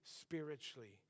spiritually